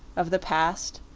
of the past,